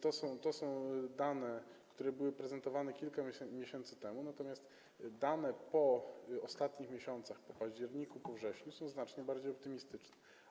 To są dane, które były prezentowane kilka miesięcy temu, natomiast dane po ostatnich miesiącach, po październiku, po wrześniu są znacznie bardziej optymistyczne.